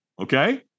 Okay